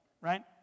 right